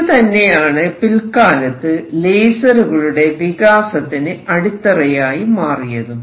ഇതുതന്നെയാണ് പിൽക്കാലത്ത് ലേസറുകളുടെ വികാസത്തിന് അടിത്തറയായി മാറിയതും